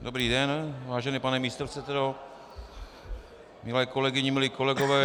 Dobrý den, vážený pane místopředsedo, milé kolegyně, milí kolegové.